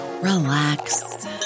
relax